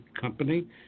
company